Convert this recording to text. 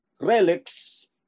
relics